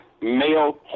male